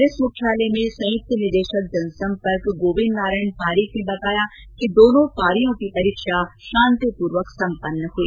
police मुख्यालय में संयुक्त निदेशक जनसम्पर्क गोविंद नारायण पारीक ने बताया कि दोनों पारियों की परीक्षा शांतिपूर्वक सम्पन्न हुई